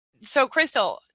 so crystal,